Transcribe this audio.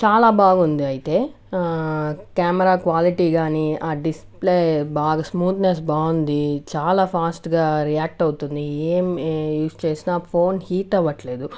చాలా బాగుంది అయితే కేమెరా క్వాలిటీ కానీ ఆ డిస్ప్లే బాగా స్మూత్నెస్ బాగుంది చాలా ఫాస్ట్గా రియాక్ట్ అవుతుంది ఏం యూస్ చేసిన ఫోన్ హీట్ అవ్వట్లేదు